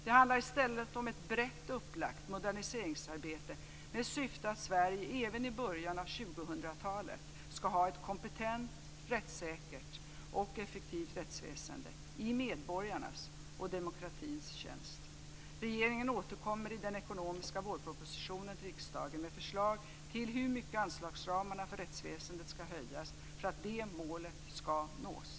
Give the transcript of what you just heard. Det handlar i stället om ett brett upplagt moderniseringsarbete med syfte att Sverige även i början av 2000-talet ska ha ett kompetent rättssäkert och effektivt rättsväsende i medborgarnas och demokratins tjänst. Regeringen återkommer i den ekonomiska vårpropositionen till riksdagen med förslag till hur mycket anslagsramarna för rättsväsendet ska höjas för att det målet ska nås.